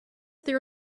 there